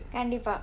கண்டிப்பா:kandippaa